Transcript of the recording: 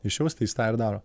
išjaust tai jis tą ir daro